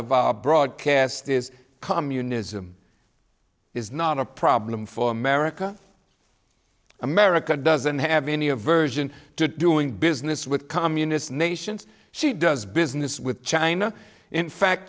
of our broadcast is communism is not a problem for america america doesn't have any aversion to doing business with communist nations she does business with china in fact